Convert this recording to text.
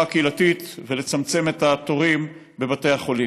הקהילתית ולצמצם את התורים בבתי החולים.